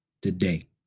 today